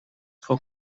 for